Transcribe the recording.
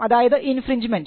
അതായത് ഇൻഫ്രിൻജ്മെൻറ്